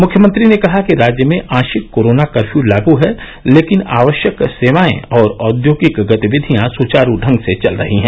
मुख्यमंत्री ने कहा कि राज्य में आशिक कोरोना कर्फ्यू लागू है लेकिन आवश्यक सेवाए और औद्योगिक गतिविधियां सुवारू ढंग से चल रही हैं